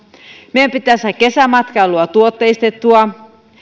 meidän pitää saada kesämatkailua tuotteistettua